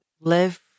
live